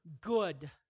good